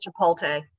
Chipotle